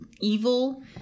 evil